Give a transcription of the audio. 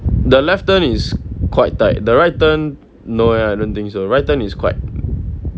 the left turn is quite tight the right turn no eh I don't think so right turn is quite